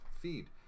feed